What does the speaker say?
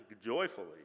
joyfully